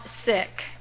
sick